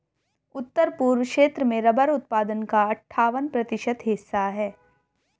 उत्तर पूर्व क्षेत्र में रबर उत्पादन का अठ्ठावन प्रतिशत हिस्सा है